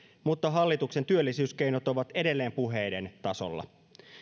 mutta hallituksen työllisyyskeinot ovat edelleen puheiden tasolla